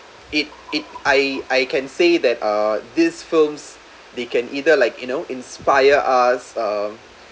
it it I I can say that uh this films they can either like you know inspire us uh